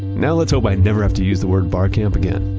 now let's hope i never have to use the word barcamp again.